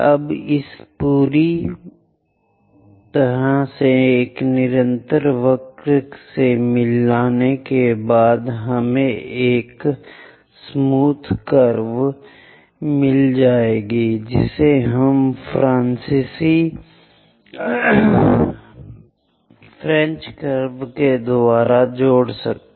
अब इसे पूरी तरह से एक निरंतर वक्र से मिलाएं एक चिकनी वक्र प्राप्त करने के लिए हम फ्रांसीसी घटता का उपयोग कर सकते हैं